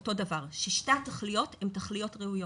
אותו דבר ששתי התכליות הן תכליות ראויות,